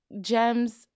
gems